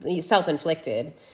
self-inflicted